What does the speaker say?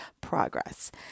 progress